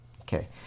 Okay